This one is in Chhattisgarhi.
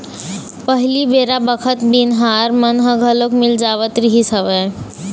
पहिली बेरा बखत बनिहार मन ह घलोक मिल जावत रिहिस हवय